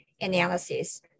analysis